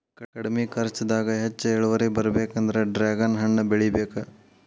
ಕಡ್ಮಿ ಕರ್ಚದಾಗ ಹೆಚ್ಚ ಇಳುವರಿ ಬರ್ಬೇಕಂದ್ರ ಡ್ರ್ಯಾಗನ್ ಹಣ್ಣ ಬೆಳಿಬೇಕ